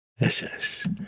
SS